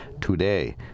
today